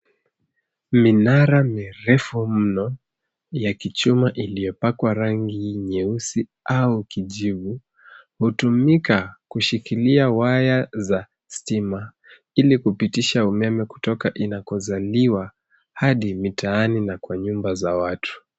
Minaa mirefu mno ya kichuma iliyopakwa rangi nyeusi au kijivu, hutumika kushikilia waya za stima ili kupitisha umeme kutoka inakozaliwa hadi mitaani na kwa nyumba za watu.